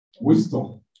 Wisdom